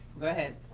go ahead.